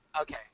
Okay